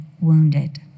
wounded